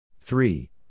three